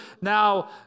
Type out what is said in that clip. now